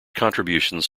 contributions